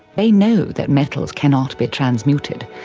they know that metals cannot be transmuted,